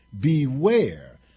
beware